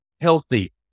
healthy